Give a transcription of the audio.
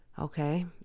Okay